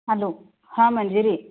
hello हां मंजेरी